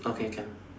okay can